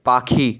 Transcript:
পাখি